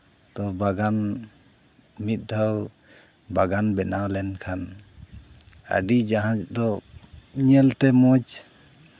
ᱵᱟᱜᱟᱱ ᱢᱤᱫ ᱫᱷᱟᱣ ᱵᱟᱜᱟᱱ ᱵᱮᱱᱟᱣ ᱞᱮᱱᱠᱷᱟᱱ ᱟᱹᱰᱤ ᱡᱟᱦᱟᱸ ᱫᱚ ᱧᱮᱞᱛᱮ ᱢᱚᱡᱽ